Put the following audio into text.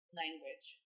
language